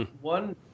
One